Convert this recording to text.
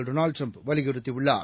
Donald Trump வலியுறுத்தியுள்ளார்